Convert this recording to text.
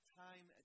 time